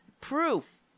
proof